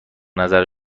نظر